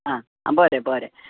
आं बरें बरें